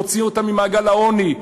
נוציא אותם ממעגל העוני.